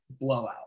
blowout